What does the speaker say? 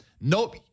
nope